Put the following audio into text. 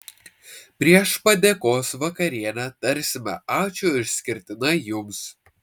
prieš padėkos vakarienę tarsime ačiū išskirtinai jums